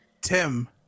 tim